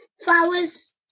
Flowers